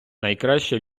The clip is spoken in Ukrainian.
найкраще